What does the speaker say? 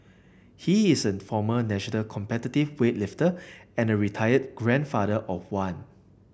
he is a former national competitive weightlifter and a retired grandfather of one